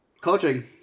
Coaching